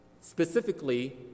Specifically